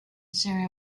syria